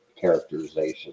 characterization